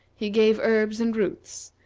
he gave herbs and roots,